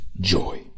joy